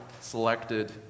selected